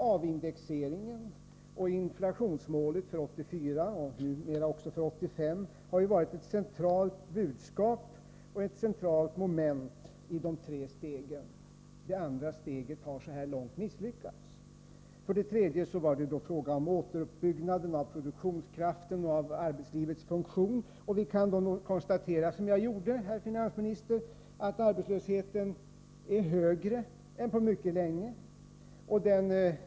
Avindexeringen och inflationsmålet för 1984 och numera också för 1985 har varit centrala budskap och centrala moment i de tre stegen. Det andra steget har så långt misslyckats. Steg 3 innebar återuppbyggandet av produktionskraften och arbetslivets funktion. Vi kan konstatera, herr finansminister, att arbetslösheten är högre än på mycket länge.